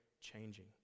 changing